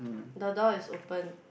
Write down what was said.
the door is open